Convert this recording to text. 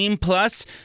plus